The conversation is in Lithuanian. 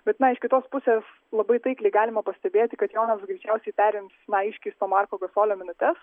bet na iš kitos pusės labai taikliai galima pastebėti kad jonas greičiausiai perims na iškeisto marko gasolio minutes